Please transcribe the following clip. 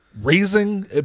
raising